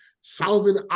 Salvin